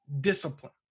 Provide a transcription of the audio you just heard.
discipline